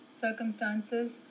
circumstances